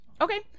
okay